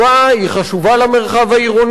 היא חשובה למרחב העירוני,